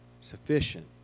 sufficient